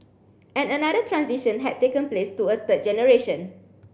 and another transition had taken place to a third generation